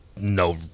no